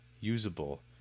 usable